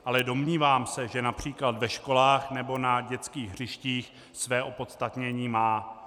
Ale domnívám se, že například ve školách nebo na dětských hřištích své opodstatnění má.